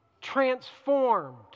transformed